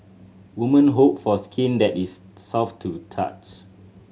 women hope for skin that is soft to the touch